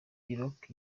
rock